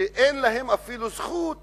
שאין להם אפילו זכות